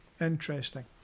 Interesting